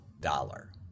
dollar